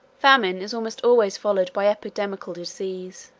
famine is almost always followed by epidemical diseases,